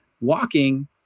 walking